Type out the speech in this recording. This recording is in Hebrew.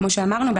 כמו שאמרנו,